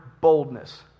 boldness